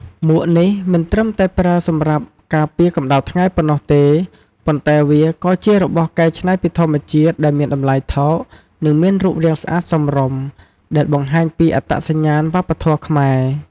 មួកនេះមិនត្រឹមតែប្រើសម្រាប់ការពារកំដៅថ្ងៃប៉ុណ្ណោះទេ ប៉ុន្តែវាក៏ជារបស់កែច្នៃពីធម្មជាតិដែលមានតម្លៃថោក និងមានរូបរាងស្អាតសមរម្យ ដែលបង្ហាញពី អត្តសញ្ញាណវប្បធម៌ខ្មែរ។